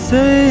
Say